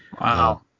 Wow